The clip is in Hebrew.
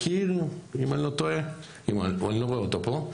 יקיר, אם אני לא טועה, אני לא רואה אותו פה.